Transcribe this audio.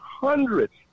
hundreds